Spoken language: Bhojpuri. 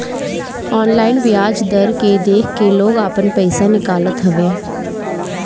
ऑनलाइन बियाज दर के देख के लोग आपन पईसा निकालत हवे